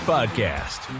Podcast